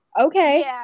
okay